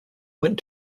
went